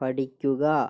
പഠിക്കുക